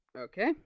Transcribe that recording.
Okay